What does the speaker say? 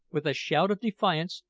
with a shout of defiance,